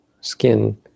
skin